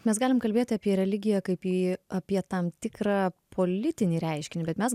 mes galim kalbėti apie religiją kaip į apie tam tikrą politinį reiškinį bet mes